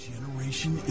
Generation